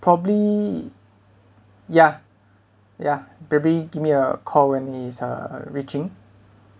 probably ya ya probably give me a call when he's uh reaching